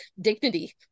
dignity